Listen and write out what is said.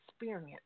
experience